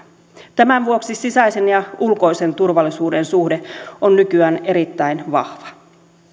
tämän vuoksi sisäisen ja ulkoisen turvallisuuden suhde on nykyään erittäin vahva